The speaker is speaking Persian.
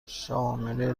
شامل